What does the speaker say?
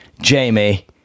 Jamie